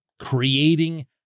creating